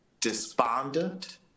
despondent